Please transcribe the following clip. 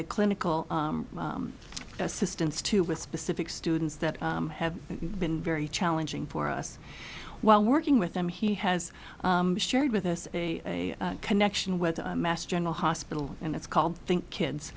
a clinical assistance to with specific students that have been very challenging for us while working with them he has shared with us a connection with mass general hospital and it's called think kids